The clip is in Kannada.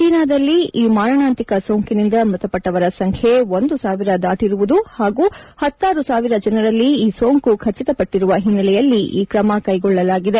ಚೀನಾದಲ್ಲಿ ಈ ಮಾರಣಾಂತಿಕ ಸೋಂಕಿನಿಂದ ಮೃತಪಟ್ಟವರ ಸಂಖ್ಣೆ ಒಂದು ಸಾವಿರ ದಾಟರುವುದು ಹಾಗೂ ಹತ್ತಾರು ಸಾವಿರ ಜನರಲ್ಲಿ ಈ ಸೋಂಕು ಖಚಿತಪಟ್ಲರುವ ಹಿನ್ನೆಲೆಯಲ್ಲಿ ಈ ಕ್ರಮಕ್ಕೆಗೊಳ್ಳಲಾಗಿದೆ